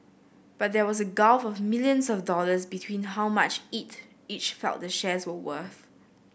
but there was a gulf of millions of dollars between how much it each felt the shares were worth